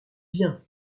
bien